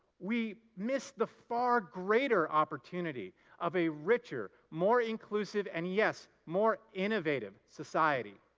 we miss the far greater opportunity of a richer, more inclusive and, yes, more innovative society.